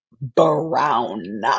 Brown